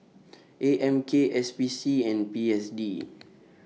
A M K S P C and P S D